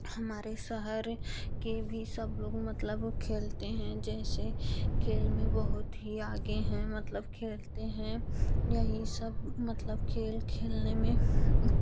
हमारे शहर के भी सब लोग मतलब खेलते हैं जैसे खेल में बहुत ही आगे हैं मतलब खेलते हैं यही सब मतलब खेल खेलने में